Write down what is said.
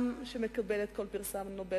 עם שמקבל פרסי נובל,